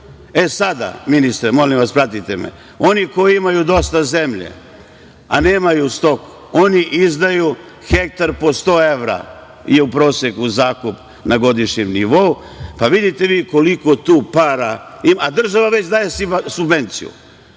17.000 evra po hektaru. Ministre, oni koji imaju dosta zemlje, a nemaju stoku, oni izdaju hektar po sto evra i u proseku zakup na godišnjem nivou, pa vidite vi koliko tu para ima, a država već daju subvenciju?